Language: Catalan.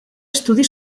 estudi